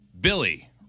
Billy